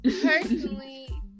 personally